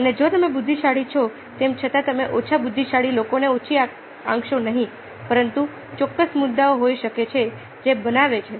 અને જો તમે બુદ્ધિશાળી છો તેમ છતાં તમે ઓછા બુદ્ધિશાળી લોકોને ઓછો આંકશો નહીં પરંતુ ચોક્કસ મુદ્દાઓ હોઈ શકે છે જે બનાવે છે